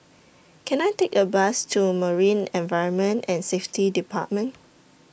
Can I Take A Bus to Marine Environment and Safety department